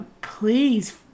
please